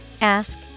Ask